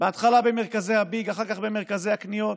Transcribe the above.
בהתחלה במרכזי הביג, אחר כך במרכזי הקניות.